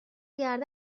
گرده